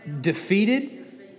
Defeated